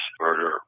murder